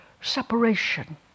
separation